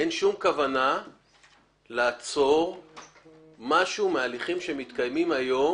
אין שם כוונה לעצור משהו מההליכים שמתקיימים היום